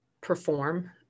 perform